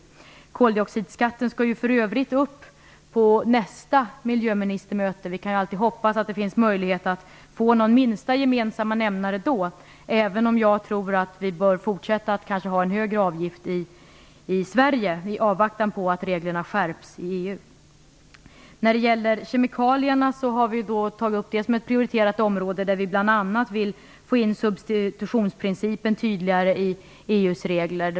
Frågan om koldioxidskatt skall för övrigt tas upp på nästa miljöministermöte. Vi kan alltid hoppas att det finns möjlighet att få fram en minsta möjliga nämnare då, även om jag tror att vi bör fortsätta att ha en högre avgift i Sverige i avvaktan på att reglerna skärps i EU. Vi har tagit upp kemikalierna som ett prioriterat område. Vi vill bl.a. få in substitutionsprincipen tydligare i EU:s regler.